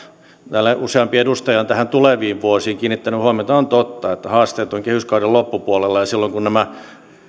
täällä useampi edustaja on näihin tuleviin vuosiin kiinnittänyt huomiota on totta että haasteet ovat kehyskauden loppupuolella ja silloin kun nämä